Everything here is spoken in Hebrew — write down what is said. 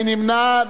מי נמנע?